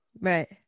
Right